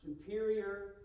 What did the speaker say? superior